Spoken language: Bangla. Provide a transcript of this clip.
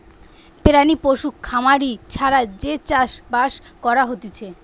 প্রাণী পশু খামারি ছাড়া যে চাষ বাস করা হতিছে